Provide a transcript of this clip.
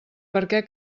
perquè